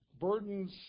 Burdens